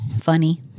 funny